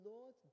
Lord